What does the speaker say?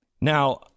Now